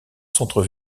centre